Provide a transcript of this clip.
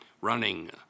running